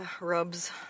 rubs